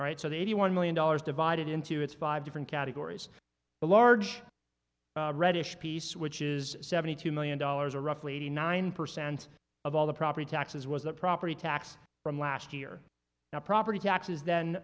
right so the eighty one million dollars divided into it's five different categories the large reddish piece which is seventy two million dollars or roughly eighty nine percent of all the property taxes was the property tax from last year now property taxes th